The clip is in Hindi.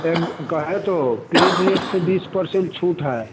एम का है तो क्लीन रेट से बीस परसेन्ट छूट है